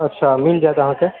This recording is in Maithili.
अच्छा मिल जाइत अहाँके